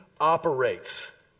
operates